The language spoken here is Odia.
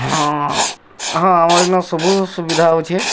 ହଁ ହଁ ଆମର ନ ସବୁ ସୁବିଧା ଅଛି